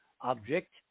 object